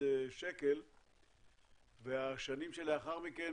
למיליארד שקל והשנים שלאחר מכן,